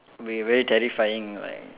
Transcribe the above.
will be very terrifying like